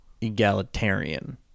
egalitarian